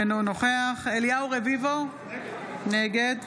אינו נוכח אליהו רביבו, נגד